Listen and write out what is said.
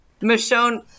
Michonne